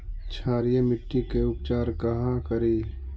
क्षारीय मिट्टी के उपचार कहा करी?